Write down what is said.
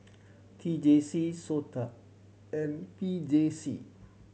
T J C SOTA and P J C